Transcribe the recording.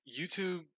YouTube